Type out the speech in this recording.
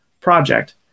project